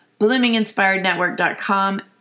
bloominginspirednetwork.com